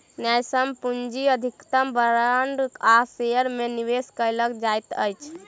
न्यायसम्य पूंजी अधिकतम बांड आ शेयर में निवेश कयल जाइत अछि